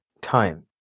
time